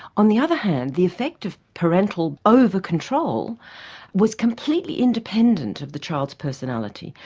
on the other hand the effect of parental over-control was completely independent of the child's personality.